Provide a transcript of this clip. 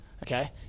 Okay